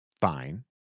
Fine